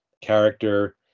character